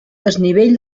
desnivell